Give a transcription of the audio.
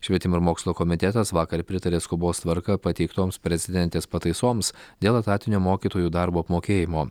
švietimo ir mokslo komitetas vakar pritarė skubos tvarka pateiktoms prezidentės pataisoms dėl etatinio mokytojų darbo apmokėjimo